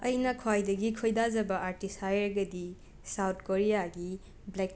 ꯑꯩꯅ ꯈ꯭ꯋꯥꯏꯗꯒꯤ ꯈꯣꯏꯗꯥꯖꯕ ꯑꯥꯔꯇꯤꯁ ꯍꯥꯏꯔꯒꯗꯤ ꯁꯥꯎꯠ ꯀꯣꯔꯤꯌꯥꯒꯤ ꯕ꯭ꯂꯦꯛ ꯄꯤꯡꯛ